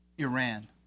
Iran